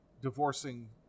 divorcing